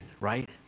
right